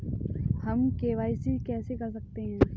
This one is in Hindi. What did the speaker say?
हम के.वाई.सी कैसे कर सकते हैं?